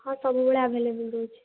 ହଁ ସବୁବେଳେ ଆଭେଲେବେଲ ରହୁଛି